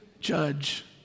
judge